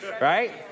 Right